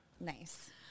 Nice